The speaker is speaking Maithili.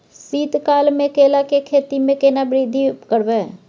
शीत काल मे केला के खेती में केना वृद्धि करबै?